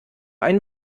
einen